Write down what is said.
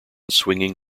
swinging